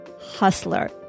hustler